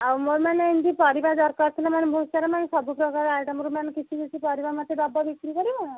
ଆଉ ମୋର ମାନେ ଏମତି ପରିବା ଦରକାର ଥିଲା ମାନେ ବହୁତସାରା ମାନେ ସବୁପ୍ରକାର ଆଇଟମ୍ ର ମାନେ କିଛି କିଛି ପରିବା ମୋତେ ଦେବ ବିକ୍ରି କରିବା